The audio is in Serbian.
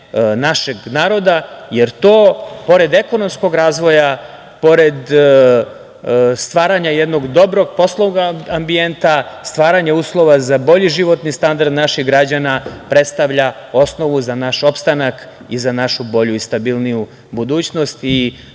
našeg naroda, jer to pored ekonomskog razvoja, pored stvaranja jednog dobrog poslovnog ambijenta, stvaranja uslova za bolji životni standard naših građana, predstavlja osnovu za naš opstanak i za našu bolju i stabilniju budućnost.